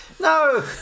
no